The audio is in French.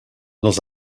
dans